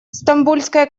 стамбульская